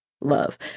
love